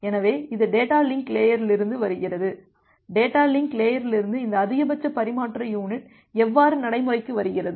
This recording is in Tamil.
எனவே இது டேட்டா லிங்க் லேயரிலிருந்து வருகிறது டேட்டா லிங்க் லேயரிலிருந்து இந்த அதிகபட்ச பரிமாற்ற யுனிட் எவ்வாறு நடைமுறைக்கு வருகிறது